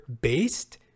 based